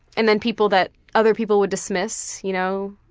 and then people that other people would dismiss, you know